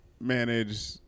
manage